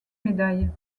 médailles